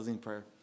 prayer